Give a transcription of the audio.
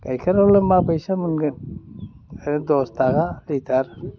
गाइखेरालाय मा फैसा मोनगोन दस थाखा लिटार